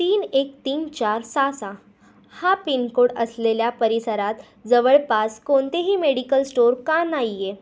तीन एक तीन चार सहा सहा हा पिनकोड असलेल्या परिसरात जवळपास कोणतेही मेडिकल स्टोअर का नाही आहे